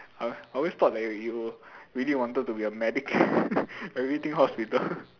!huh! I always thought that you really wanted to be a medic everything hospital